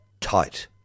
tight